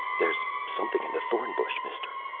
there's something in the thorn bush, mister.